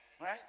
right